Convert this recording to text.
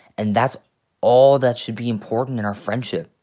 and that's all that should be important in our friendship.